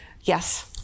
yes